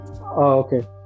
okay